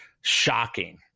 shocking